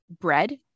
bread